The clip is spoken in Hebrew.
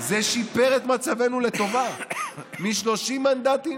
זה שיפר את מצבנו לטובה: מ-30 מנדטים